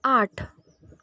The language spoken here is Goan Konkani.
आठ